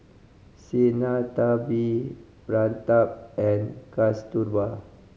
Sinnathamby Pratap and Kasturba